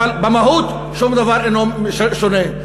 אבל במהות שום דבר אינו שונה.